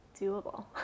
doable